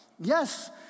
Yes